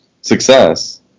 success